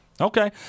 okay